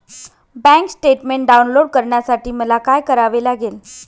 Bank statement download करण्यासाठी मला काय करावे लागेल?